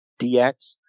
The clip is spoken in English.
DX